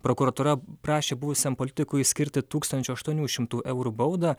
prokuratūra prašė buvusiam politikui skirti tūkstančio aštuonių šimtų eurų baudą